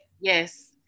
yes